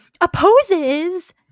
opposes –